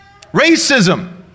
racism